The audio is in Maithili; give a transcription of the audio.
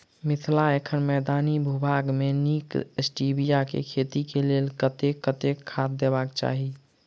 मिथिला एखन मैदानी भूभाग मे नीक स्टीबिया केँ खेती केँ लेल कतेक कतेक खाद देबाक चाहि?